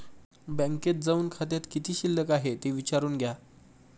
बँकेत जाऊन खात्यात किती शिल्लक आहे ते विचारून घ्या